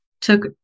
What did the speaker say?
took